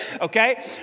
okay